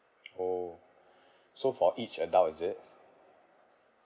orh so for each adult is it